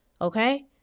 Okay